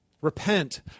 Repent